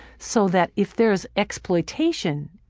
so that if there is exploitation,